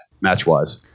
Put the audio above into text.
match-wise